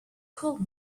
call